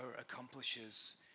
accomplishes